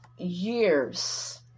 years